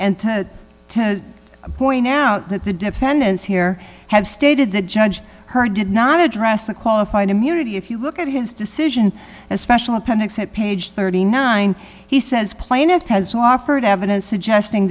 and to point out that the defendants here have stated that judge her did not address the qualified immunity if you look at his decision especially appendix at page thirty nine he says plaintiff has offered evidence suggesting